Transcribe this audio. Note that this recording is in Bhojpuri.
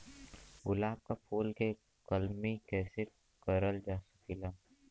गुलाब क फूल के कलमी कैसे करल जा सकेला?